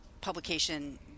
publication